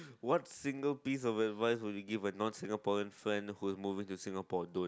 what single piece of advice would you give a non Singaporean friend who is moving to Singapore don't